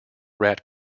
rat